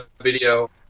video